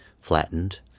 flattened